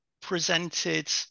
presented